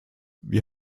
wir